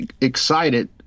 excited